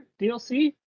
DLC